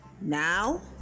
now